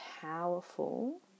powerful